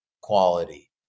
quality